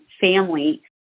family